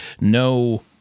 no